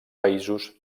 països